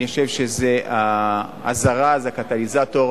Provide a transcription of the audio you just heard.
אני חושב שזה הזרז, הקטליזטור,